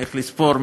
איך לספור,